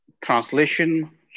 Translation